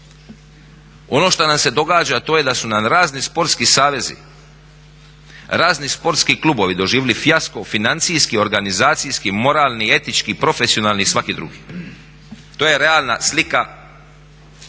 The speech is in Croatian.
Ono što nam se događa, a to je da su nam razni sportski savezi, razni sportski klubovi doživjeli fijasko financijski, organizacijski, moralni, etički, profesionalni i svaki drugi. To je realna slika